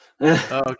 Okay